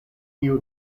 tiu